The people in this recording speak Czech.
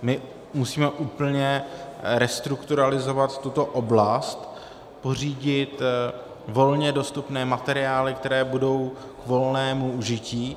My musíme úplně restrukturalizovat tuto oblast, pořídit volně dostupné materiály, které budou k volnému užití.